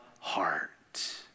heart